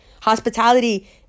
Hospitality